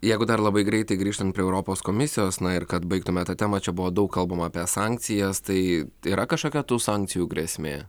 jeigu dar labai greitai grįžtant prie europos komisijos na ir kad baigtume tą temą čia buvo daug kalbama apie sankcijas tai yra kažkokia tų sankcijų grėsmė